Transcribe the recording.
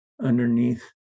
underneath